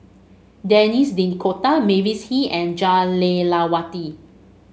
Denis D'Cotta Mavis Hee and Jah Lelawati